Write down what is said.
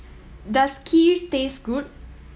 does Kheer taste good